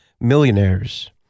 millionaires